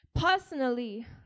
Personally